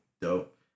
Dope